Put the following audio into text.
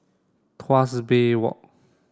Tuas Bay Walk